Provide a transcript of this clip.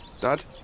Dad